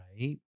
Right